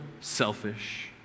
selfish